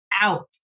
out